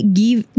give